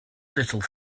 little